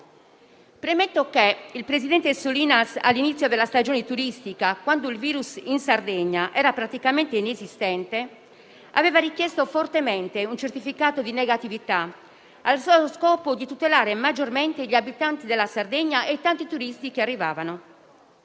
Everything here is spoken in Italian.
Premetto che il presidente Solinas, all'inizio della stagione turistica, quando il virus in Sardegna era praticamente inesistente, aveva richiesto fortemente un certificato di negatività, al solo scopo di tutelare maggiormente gli abitanti della Sardegna e i tanti turisti che arrivavano.